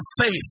faith